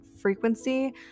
frequency